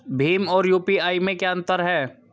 भीम और यू.पी.आई में क्या अंतर है?